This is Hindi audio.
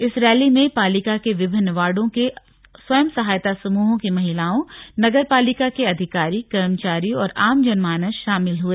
इस रैली में पालिका के विभिन्न वार्डो के स्वयं सहायता समूहों की महिलाओं नगर पालिका के अधिकारी कर्मचारियों और आम जन मानस शामिल हुए